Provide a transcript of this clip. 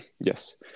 Yes